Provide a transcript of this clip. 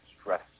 stress